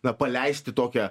na paleisti tokią